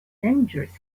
dangerous